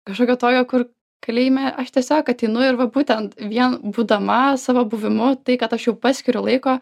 kažkokio tokio kur kalėjime aš tiesiog ateinu ir va būtent vien būdama savo buvimu tai kad aš jau paskiriu laiko